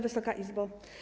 Wysoka Izbo!